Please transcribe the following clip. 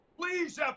please